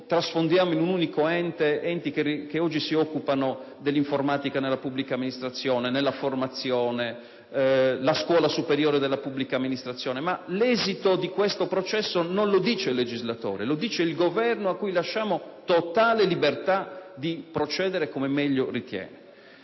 trasfonde in un unico soggetto enti che oggi si occupano dell'informatica nella pubblica amministrazione e della formazione (la Scuola superiore della pubblica amministrazione); ma l'esito di questo processo non è indicato dal legislatore, ma dal Governo, al quale viene lasciata totale libertà di procedere come meglio ritiene.